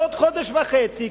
בעוד חודש וחצי,